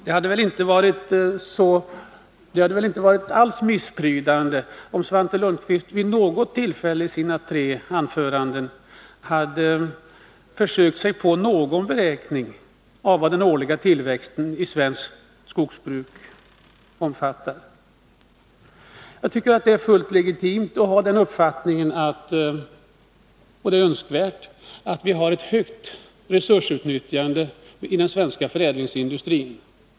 Det hade inte alls varit missprydande om Svante Lundkvist vid något tillfälle i sina tre anföranden hade försökt sig på någon beräkning av vad den årliga tillväxten i svenskt skogsbruk omfattar. Jag tycker att det är fullt legitimt att ha uppfattningen att det är önskvärt att vi har ett högt resursutnyttjande i den svenska förädlingsindustrin.